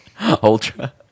Ultra